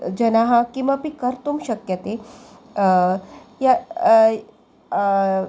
जनाः किमपि कर्तुं शक्यते य आय्